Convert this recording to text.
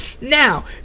Now